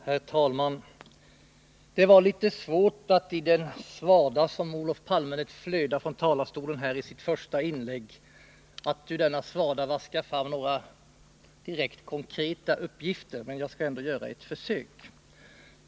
Herr talman! Det var litet svårt att ur den svada som Olof Palme lät flöda från talarstolen i sitt första inlägg vaska fram några direkt konkreta uppgifter, men jag skall ändå göra ett försök.